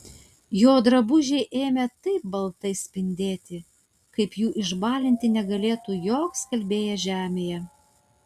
jo drabužiai ėmė taip baltai spindėti kaip jų išbalinti negalėtų joks skalbėjas žemėje